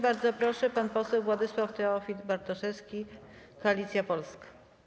Bardzo proszę, pan poseł Władysław Teofil Bartoszewski, Koalicja Polska.